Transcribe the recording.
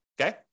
okay